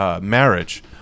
marriage